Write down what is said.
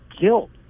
guilt